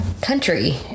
country